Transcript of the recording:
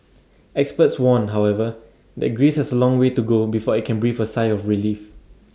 experts warn however that Greece has A long way to go before I can breathe A sigh of relief